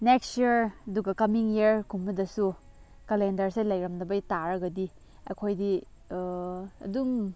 next year ꯑꯗꯨꯒ coming ꯏꯌꯔꯒꯨꯝꯕꯗꯁꯨ ꯀꯂꯦꯟꯗꯔꯁꯦ ꯂꯩꯔꯝꯗꯕ ꯇꯥꯔꯒꯗꯤ ꯑꯩꯈꯣꯏꯗꯤ ꯑꯗꯨꯝ